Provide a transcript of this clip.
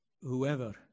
whoever